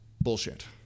bullshit